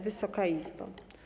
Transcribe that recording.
Wysoka Izbo!